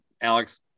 Alex